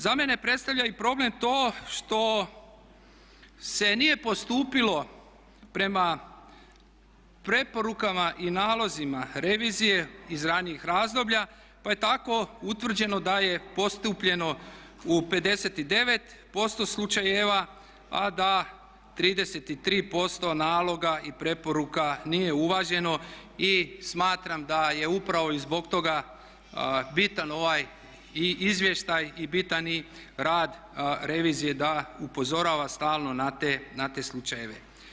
Za mene predstavlja i problem to što se nije postupilo prema preporukama i nalozima revizije iz ranijih razdoblja pa je tako utvrđeno da je postupljeno u 59% slučajeva a da 33% naloga i preporuka nije uvaženo i smatram da je upravo i zbog toga bitan ovaj i izvještaj i bitan i rad revizije da upozorava stalno na te slučajeve.